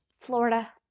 Florida